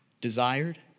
desired